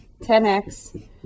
10x